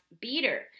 beater